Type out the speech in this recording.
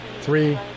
three